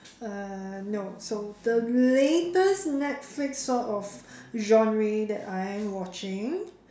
uh no so the latest netflix sort of genre that I am watching